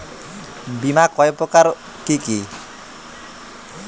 বীমা কয় প্রকার কি কি?